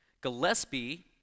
Gillespie